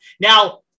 Now